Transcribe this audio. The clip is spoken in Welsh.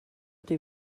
ydy